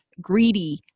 greedy